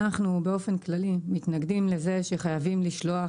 אנחנו באופן כללי מתנגדים לזה שחייבים לשלוח